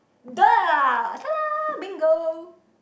done tada bingo